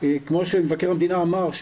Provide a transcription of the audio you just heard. כמו שמבקר המדינה אמר,